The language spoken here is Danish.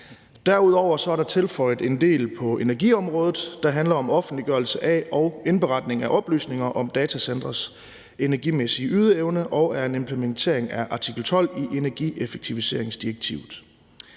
Derudover er der tilføjet en del på energiområdet, der handler om offentliggørelse af og indberetning af oplysninger om datacentres energimæssige ydeevne og er en implementering af artikel 12 i energieffektiviseringsdirektivet.